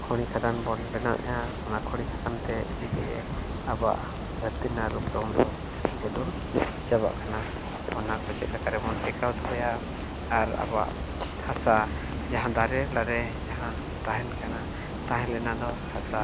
ᱠᱷᱚᱱᱤ ᱠᱷᱟᱫᱟᱱ ᱵᱚᱱ ᱵᱮᱱᱟᱣᱮᱫᱼᱟ ᱠᱷᱚᱱᱤ ᱠᱷᱟᱫᱟᱱᱛᱮ ᱟᱹᱰᱤᱜᱮ ᱟᱵᱚᱣᱟᱜ ᱫᱷᱟᱹᱨᱛᱤ ᱨᱮᱱᱟᱜ ᱨᱩᱯ ᱨᱚᱝ ᱫᱚ ᱵᱚᱫᱚᱞ ᱪᱟᱵᱟᱜ ᱠᱟᱱᱟ ᱚᱱᱟᱛᱮ ᱪᱮᱫ ᱞᱮᱠᱟ ᱨᱮᱵᱚᱱ ᱴᱮᱸᱠᱟᱣ ᱫᱚᱦᱚᱭᱟ ᱟᱨ ᱟᱵᱚᱣᱟᱜ ᱦᱟᱥᱟ ᱡᱟᱦᱟᱸ ᱫᱟᱨᱮ ᱞᱟᱨᱮ ᱡᱟᱦᱟᱸ ᱛᱟᱦᱮᱱ ᱠᱟᱱᱟ ᱛᱟᱦᱮᱸᱞᱮᱱᱟ ᱫᱚ ᱦᱟᱥᱟ